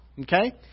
okay